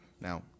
Now